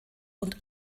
und